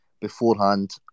beforehand